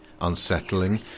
unsettling